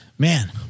Man